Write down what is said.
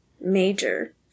major